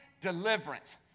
deliverance